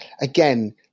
again